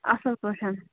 اَصٕل پٲٹھٮ۪ن